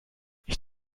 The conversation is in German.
ich